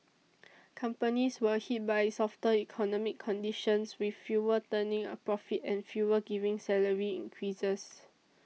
companies were hit by softer economic conditions with fewer turning a profit and fewer giving salary increases